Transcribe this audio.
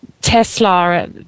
Tesla